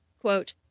Quote